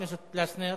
חבר הכנסת פלסנר.